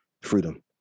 freedom